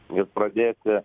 ir pradėti